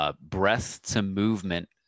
breath-to-movement